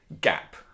gap